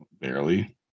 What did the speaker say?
barely